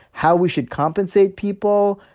how we should compensate people,